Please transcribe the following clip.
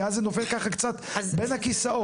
כי אז זה נופל בין הכיסאות.